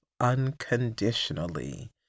Unconditionally